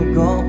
go